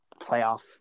playoff